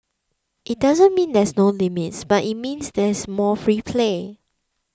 it doesn't mean there are no limits but it means there is more free play